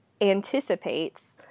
anticipates